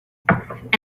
and